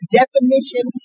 definition